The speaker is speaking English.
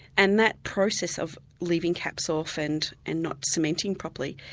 and that process of leaving caps off and and not cementing properly,